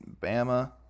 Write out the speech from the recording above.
Bama